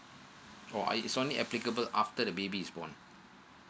oh is only applicable after the baby is born